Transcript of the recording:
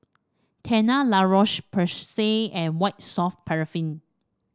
Tena La Roche Porsay and White Soft Paraffin